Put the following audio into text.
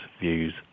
views